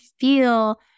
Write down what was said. feel